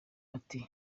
ati